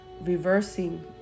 reversing